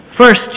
First